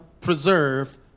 preserve